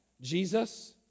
Jesus